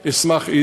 אשמח,